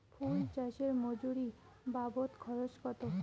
ফুল চাষে মজুরি বাবদ খরচ কত?